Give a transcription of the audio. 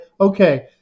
okay